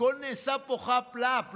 הכול נעשה פה חאפ-לאפ,